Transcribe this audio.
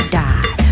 die